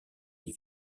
des